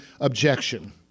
objection